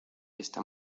está